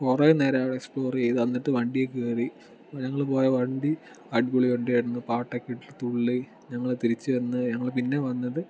കുറെ നേരം അവിടെ എക്സ്പ്ലോർ ചെയ്ത് എന്നിട്ട് വണ്ടിയിൽ കയറി ഞങ്ങൾ പോയ വണ്ടി അടിപൊളി വണ്ടിയായിരുന്നു പാട്ടൊക്കെ ഇട്ട് തുള്ളി ഞങ്ങൾ തിരിച്ച് വന്ന് ഞങ്ങൾ പിന്നെ വന്നത്